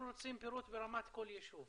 אנחנו רוצים פירוט ברמת כל יישוב.